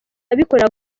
abikorera